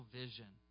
vision